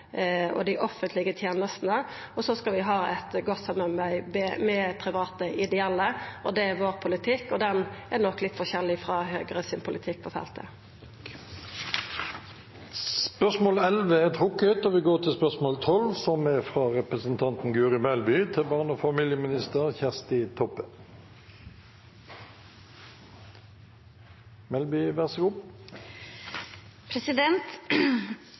og dei offentlege tenestene, og så skal vi ha eit godt samarbeid med private ideelle. Det er politikken vår, og han er nok litt forskjellig frå Høgre sin politikk på feltet. Dette spørsmålet er trukket. «Er det slik at regjeringen Støre ikke ønsker å legge til